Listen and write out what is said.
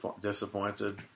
disappointed